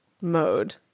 mode